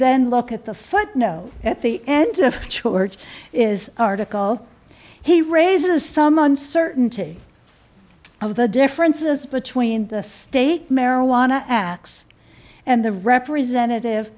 then look at the foot no at the end of church is article he raises some uncertainty of the differences between the state marijuana acts and the representative